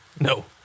No